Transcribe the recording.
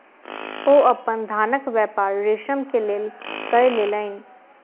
ओ अपन धानक व्यापार रेशम के लेल कय लेलैन